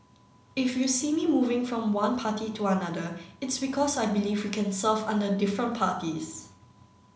if you see me moving from one party to another it's because I believe we can serve under different parties